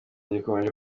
gikomeje